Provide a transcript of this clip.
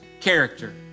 character